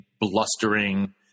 blustering